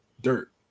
dirt